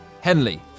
Henley